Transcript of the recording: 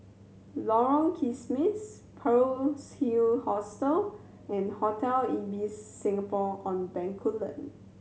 Lorong Kismis Pearl's Hill Hostel and Hotel Ibis Singapore On Bencoolen